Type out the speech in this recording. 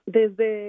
desde